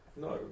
No